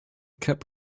cup